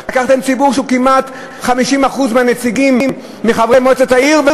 לקחתם ציבור שהוא כמעט 50% מהנציגים מחברי מועצת העיר,